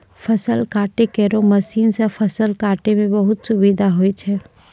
फसल काटै केरो मसीन सँ फसल काटै म बहुत सुबिधा होय छै